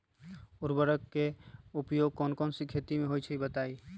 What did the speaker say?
उर्वरक के उपयोग कौन कौन खेती मे होई छई बताई?